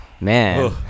man